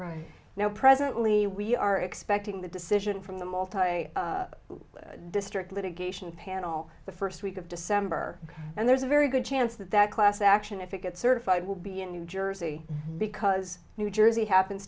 located now presently we are expecting the decision from the multi day district litigation panel the first week of december and there's a very good chance that that class action if it gets certified will be in new jersey because new jersey happens